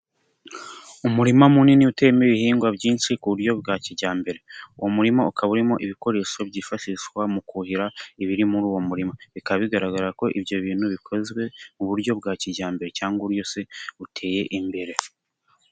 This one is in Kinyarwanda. Umurima munini uteyemo ibihingwa byinshi ku buryo bwa kijyambere, uwo murimo ukaba urimo ibikoresho byifashishwa mu kuhira, ibiri muri uwo murima, bikaba bigaragara ko ibyo bintu bikozwe, mu buryo bwa kijyambere cyangwa uburyo se buteye imbere.